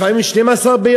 לפעמים 12 ביום,